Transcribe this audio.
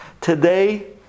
Today